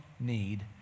need